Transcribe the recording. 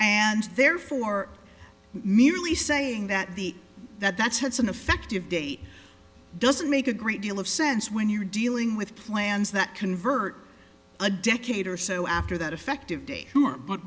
and therefore merely saying that the that that's has an effective date doesn't make a great deal of sense when you're dealing with plans that convert a decade or so after that effective date sure but